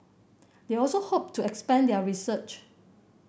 they also hope to expand their research